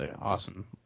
awesome